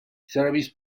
service